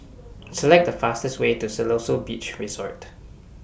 Select The fastest Way to Siloso Beach Resort